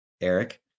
Eric